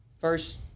first